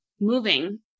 moving